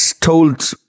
told